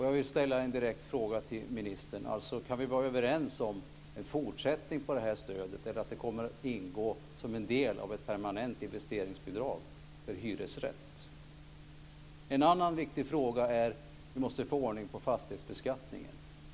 Jag vill ställa en direkt fråga till ministern: Kan vi vara överens om att det ska bli en fortsättning på det här stödet eller om att det kommer att ingå som en del av ett permanent investeringsbidrag för hyresrätter? En annan viktig fråga är behovet av att få ordning på fastighetsbeskattningen.